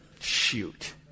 shoot